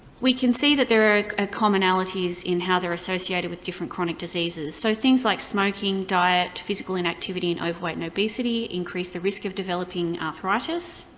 we can see that there are ah commonalities with how they're associated with different chronic diseases. so things like smoking, diet, physical inactivity and overweight and obesity increase the risk of developing arthritis.